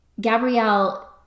Gabrielle